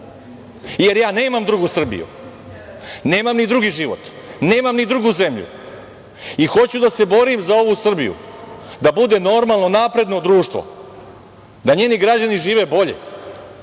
Ja nemam drugu Srbiju, nemam ni drugi život, nemam ni drugu zemlju i hoću da se borim za ovu Srbiju, da bude normalno napredno društvo, da njeni građani žive bolje,